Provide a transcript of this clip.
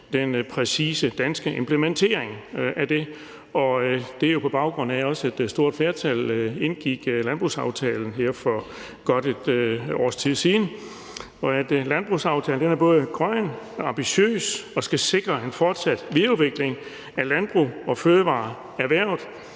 den præcise danske implementering af det. Og det er jo, på baggrund af at et stort flertal indgik landbrugsaftalen her for godt et års tid siden. Landbrugsaftalen er både grøn og ambitiøs og skal sikre en fortsat videreudvikling af landbrugs- og fødevareerhvervet.